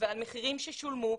על מחירים ששולמו,